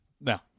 No